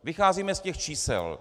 Vycházíme z těch čísel.